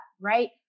Right